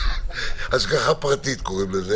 השגחה פרטית קוראים לזה,